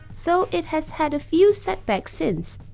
so it has had a few setbacks since.